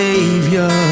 Savior